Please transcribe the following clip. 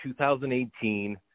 2018